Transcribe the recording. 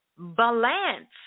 Balance